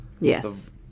Yes